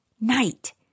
night